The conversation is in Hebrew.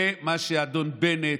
זה מה שהאדון בנט,